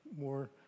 more